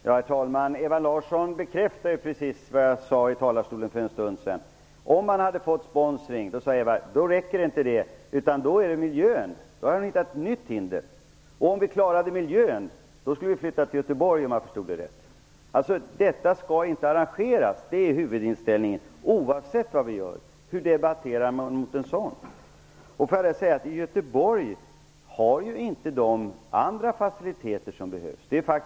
Herr talman! Ewa Larsson bekräftade nu precis det jag sade från talarstolen för en stund sedan: Om man hade fått sponsring så hade det ändå inte räckt - då är det miljön. Då har man hittat ett nytt hinder. Och om vi klarade miljön skulle vi flytta till Göteborg, om jag förstod det rätt. Alltså: Detta skall inte arrangeras - det är huvudinställningen - oavsett vad vi gör. Hur debatterar man mot en sådan? Låt mig säga att Göteborg ju inte har de andra faciliteter som behövs.